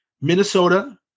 Minnesota